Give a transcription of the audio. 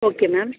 okay ma'am